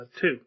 two